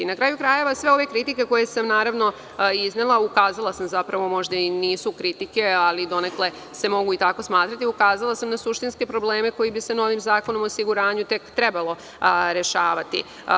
Na kraju krajeva, sve ove kritike koje sam naravno iznela, ukazala sam jer zapravo možda i nisu kritike, ali i donekle se mogu tako smatrati, ukazala sam na suštinske probleme koji bi se novim Zakonom o osiguranju tek trebalo rešavati.